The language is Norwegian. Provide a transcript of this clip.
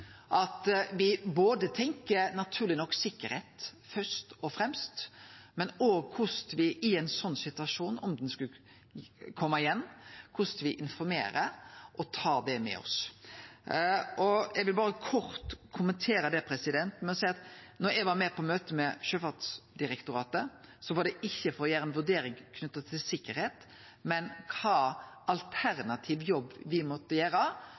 at me tenkjer på sikkerheit først og fremst, naturleg nok, men òg på korleis me i ein sånn situasjon, om han skulle kome igjen, informerer og tar det med oss. Eg vil berre kort kommentere det ved å seie at da eg var med på møte med Sjøfartsdirektoratet, var det ikkje for å gjere ei vurdering knytt til sikkerheit, men om kva for alternativ jobb me måtte